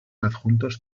adjuntos